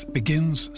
begins